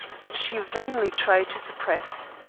which she vainly tried to suppress.